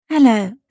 Hello